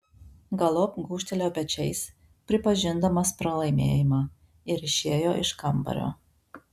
galop gūžtelėjo pečiais pripažindamas pralaimėjimą ir išėjo iš kambario